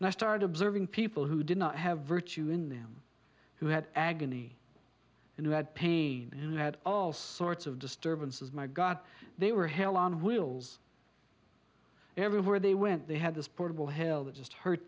and i start observing people who did not have virtue in them who had agony and who had pain and had all sorts of disturbances my god they were hell on wheels everywhere they went they had this portable hell that just hurt